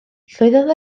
llwyddodd